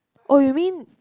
oh you mean